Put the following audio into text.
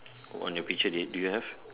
on your picture do do you have